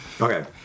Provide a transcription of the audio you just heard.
Okay